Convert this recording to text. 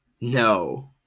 No